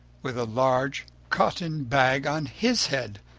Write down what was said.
with a large cotton bag on his head,